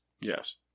Yes